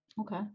Okay